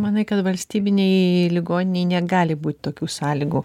manai kad valstybinėj ligoninėj negali būti tokių sąlygų